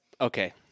Okay